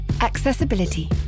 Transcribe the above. Accessibility